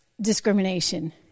discrimination